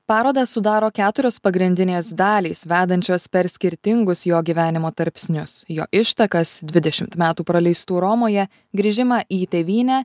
parodą sudaro keturios pagrindinės dalys vedančios per skirtingus jo gyvenimo tarpsnius jo ištakas dvidešimt metų praleistų romoje grįžimą į tėvynę